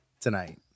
tonight